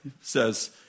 says